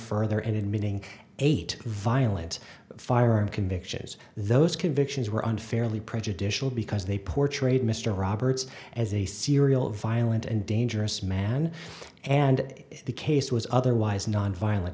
further and admitting eight violent firearm convictions those convictions were unfairly prejudicial because they portrayed mr roberts as a serial violent and dangerous man and the case was otherwise nonviolent